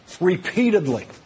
repeatedly